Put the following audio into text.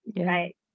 Right